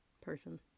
person